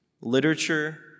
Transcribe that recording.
literature